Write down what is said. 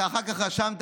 אתה אחר כך רשמת: